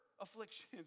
afflictions